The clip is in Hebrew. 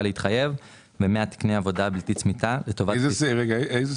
להתחייב ו-100 תקני עבודה בלתי צמיתה לטובת קליטת העולים האוקראינים